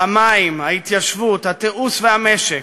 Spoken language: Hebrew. המים, ההתיישבות, התיעוש והמשק.